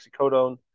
oxycodone